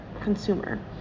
consumer